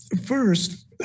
first